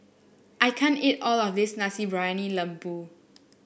I can't eat all of this Nasi Briyani Lembu